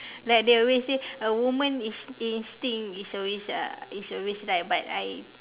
like they always say a woman with instinct is always uh is always right but I